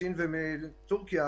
סין וטורקיה